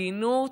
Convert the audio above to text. הגינות,